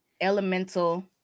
Elemental